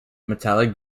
metallic